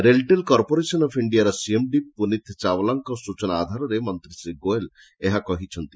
RailTel corporation of ଇଣ୍ଡିଆର CMD Puneet ଚାଓ୍ୱାଲାଙ୍କ ସ୍ଚନା ଆଧାରରେ ମନ୍ତୀ ଶ୍ରୀ ଗୋୟଲ୍ ଏହା କହିଛନ୍ତି